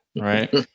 right